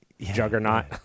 juggernaut